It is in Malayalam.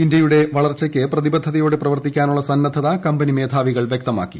ഇന്ത്യയുടെ വളർച്ചയ്ക്ക് പ്രതിബദ്ധതയോടെ പ്രവർത്തിക്കാനുള്ള സന്നദ്ധത കമ്പനി മേധാവികൾ വ്യക്തമാക്കി